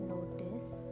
Notice